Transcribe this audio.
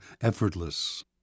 effortless